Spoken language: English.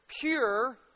pure